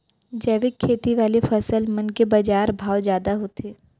जैविक खेती वाले फसल मन के बाजार भाव जादा होथे